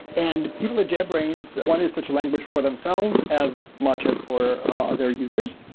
and people at jetbrains wanted such a language for themselves as much as for ah their users.